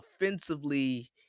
offensively